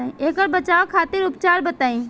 ऐकर बचाव खातिर उपचार बताई?